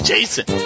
Jason